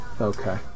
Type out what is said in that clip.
okay